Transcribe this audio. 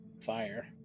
fire